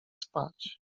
spać